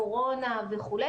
קורונה וכו'.